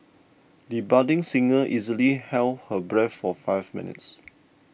the budding singer easily held her breath for five minutes